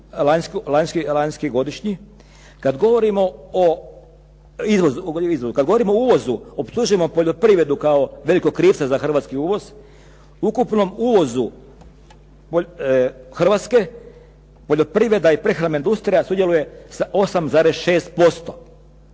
lanjski godišnji. Kada govorimo o uvozu optužimo poljoprivredu kao veliko krivca za hrvatski uvoz. U ukupnom uvozu Hrvatske poljoprivreda i prehrambena industrija sudjeluje sa 8,6%.